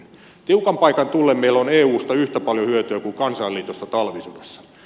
tiukan paikan tullen meillä on eusta yhtä paljon hyötyä kuin kansainliitosta talvisodassa